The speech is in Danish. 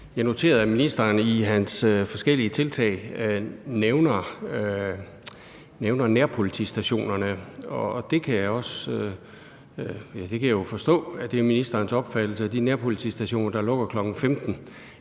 Jeg noterede, at ministeren blandt sine forskellige tiltag nævner nærpolitistationerne, og jeg kan jo forstå, at det er ministerens opfattelse, at de nærpolitistationer, der lukker kl. 15.00,